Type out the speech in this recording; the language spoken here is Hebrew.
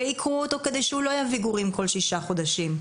ועיקרו אותו כדי שהוא לא יביא גורים כל שישה חודשים.